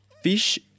fish